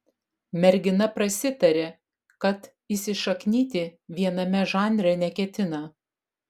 mergina prasitarė kad įsišaknyti viename žanre neketina